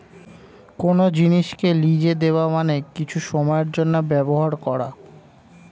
কোন জিনিসকে লিজে দেওয়া মানে কিছু সময়ের জন্যে ব্যবহার করা